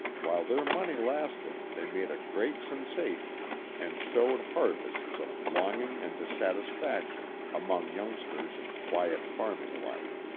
while their money lasted they made a great sen sation and sowed harvests of longing and dissat isfaction among youngsters in quiet farming life.